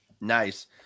nice